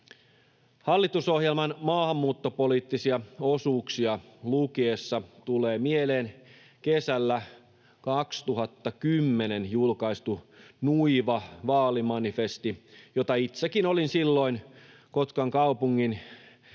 Hallitusohjelman maahanmuuttopoliittisia osuuksia lukiessa tulee mieleen kesällä 2010 julkaistu Nuiva Vaalimanifesti, jota itsekin olin silloin Kotkan kaupungin